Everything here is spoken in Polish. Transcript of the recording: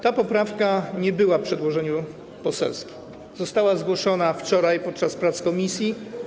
Tej poprawki nie było w przedłożeniu poselskim, została zgłoszona wczoraj podczas prac komisji.